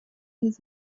his